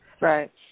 Right